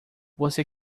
você